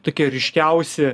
tokie ryškiausi